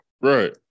Right